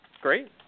Great